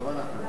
נא להצביע.